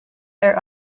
are